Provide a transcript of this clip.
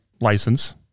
license